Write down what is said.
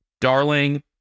Darling